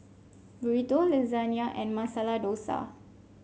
Burrito Lasagne and Masala Dosa